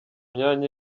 myanya